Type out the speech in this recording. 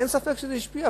אין ספק שזה השפיע.